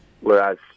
whereas